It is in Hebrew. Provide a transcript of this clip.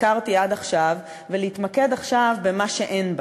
שסקרתי עד עכשיו, ולהתמקד עכשיו במה שאין בה,